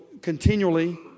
continually